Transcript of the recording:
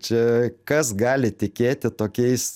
čia kas gali tikėti tokiais